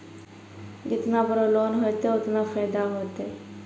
जेतना बड़ो लोन होतए ओतना फैदा होतए